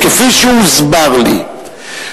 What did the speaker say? כפי שהוסבר לי,